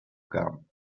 gum